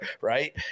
right